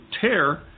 tear